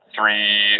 three